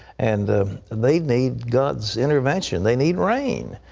and and they need god's intervention. they need rain.